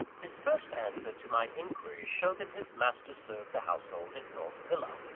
his first answer to my inquiries, showed that his master served the household at north villa.